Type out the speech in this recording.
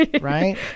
right